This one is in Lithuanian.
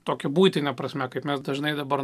tokia buitine prasme kaip mes dažnai dabar